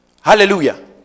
Hallelujah